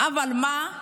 אבל מה?